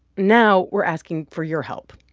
now, we're asking for your help.